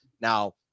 Now